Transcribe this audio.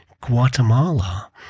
Guatemala